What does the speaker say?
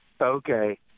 Okay